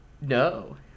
No